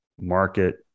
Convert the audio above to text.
market